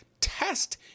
Test